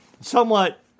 Somewhat